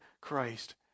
Christ